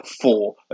four